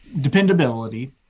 dependability